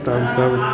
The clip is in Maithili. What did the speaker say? तब सब